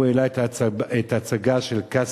הוא העלה גם את ההצגה "קסטנר",